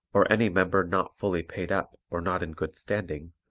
or any member not fully paid up or not in good standing,